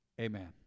Amen